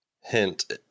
Hint